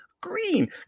Green